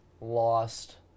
lost